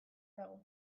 dago